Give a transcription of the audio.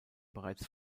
bereits